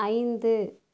ஐந்து